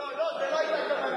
לא, זאת לא היתה הכוונה שלי.